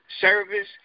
service